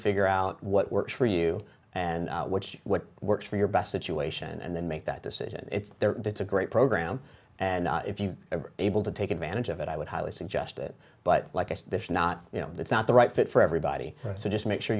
figure out what works for you and which what works for your best situation and then make that decision it's there it's a great program and if you are able to take advantage of it i would highly suggest it but like i said if not you know it's not the right fit for everybody so just make sure